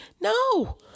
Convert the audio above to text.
No